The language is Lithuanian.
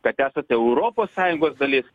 kad esate europos sąjungos dalis